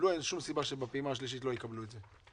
אין שום סיבה שבפעימה השלישית הם לא יקבלו את זה.